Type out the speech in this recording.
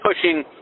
pushing